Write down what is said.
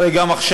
הרי גם עכשיו,